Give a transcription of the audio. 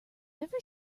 never